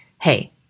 Hey